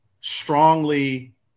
strongly